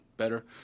better